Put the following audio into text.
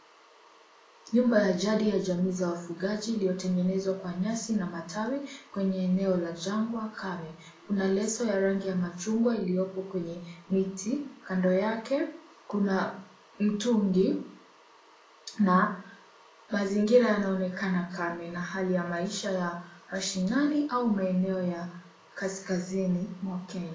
Nyumba ya jadi ya jamii za wafugaji iliyotengenezwa kwa nyasi na matawi kwenye eneo la jangwa kame. Kuna leso ya rangi ya machungwa iliyopo kwenye miti, kando yake kuna mtungi na mazingira yanaonekana kame na hali ya maisha ya mashinani au maeneo ya kaskazini mwa Kenya.